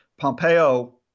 Pompeo